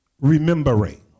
remembering